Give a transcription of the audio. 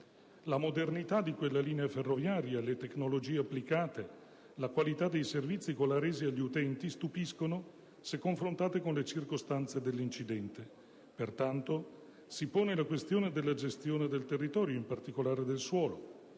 La modernità di quelle linee ferroviarie, le tecnologie applicate, la qualità dei servizi colà resi agli utenti stupiscono se confrontate con le circostanze dell'incidente. Pertanto, si pone la questione della gestione del territorio, in particolare del suolo,